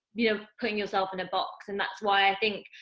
you know, putting yourself in a box. and that's why i think,